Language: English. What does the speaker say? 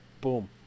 boom